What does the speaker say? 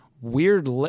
weird